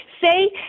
say